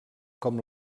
com